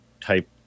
type